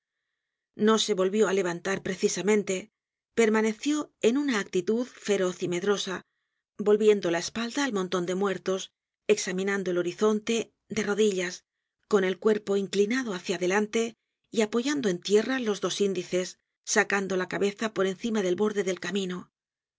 no se volvió á levantar precisamente permaneció en una actitud feroz y medrosa volviendola espalda al monton de muertos examinando el horizonte de rodillas con el cuerpo inclinado hácia adelante y apoyando en tierra los dos índices sacando la cabeza por encima del borde del camino